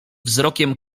wzrokiem